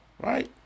Right